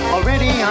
Already